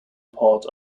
part